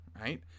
right